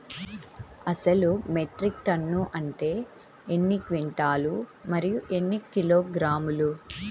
అసలు metric ton అంటే ఎన్ని క్వింటాలు మరియు ఎన్ని కిలోగ్రాములు?